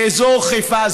באזור חיפה,